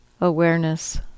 awareness